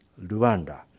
Rwanda